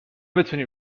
بتونی